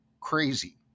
crazy